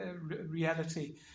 reality